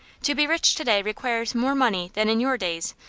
to be rich to-day requires more money than in your days,